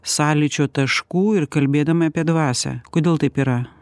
sąlyčio taškų ir kalbėdami apie dvasią kodėl taip yra